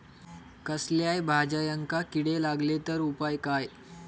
कसल्याय भाजायेंका किडे लागले तर उपाय काय?